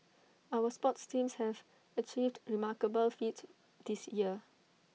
our sports teams have achieved remarkable feats this year